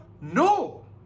No